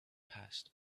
passed